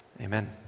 Amen